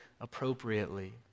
appropriately